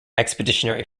expeditionary